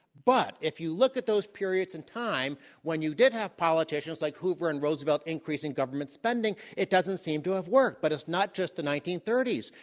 but if you look at those periods in time when you did have politicians like hoover and roosevelt increasing government spending, it doesn't seem to have worked. but it's not just the nineteen thirty s.